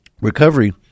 Recovery